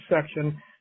section